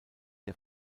der